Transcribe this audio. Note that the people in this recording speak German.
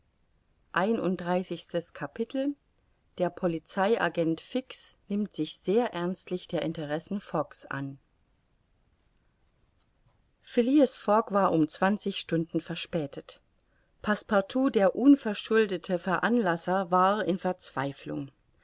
einunddreißigstes capitel der polizei agent fix nimmt sich sehr ernstlich der interessen fogg's an phileas fogg war um zwanzig stunden verspätet passepartout der unverschuldete veranlasser war in verzweiflung